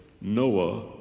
Noah